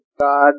God